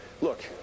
look